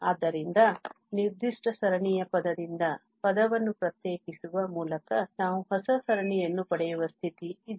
ಆದ್ದರಿಂದ ನಿರ್ದಿಷ್ಟ ಸರಣಿಯ ಪದದಿಂದ ಪದವನ್ನು ಪ್ರತ್ಯೇಕಿಸುವ ಮೂಲಕ ನಾವು ಹೊಸ ಸರಣಿಯನ್ನು ಪಡೆಯುವ ಸ್ಥಿತಿ ಇದು